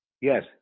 Yes